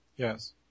Yes